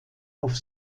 auf